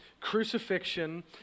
crucifixion